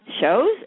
shows